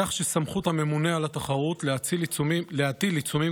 כך שסמכות הממונה על התחרות להטיל עיצומים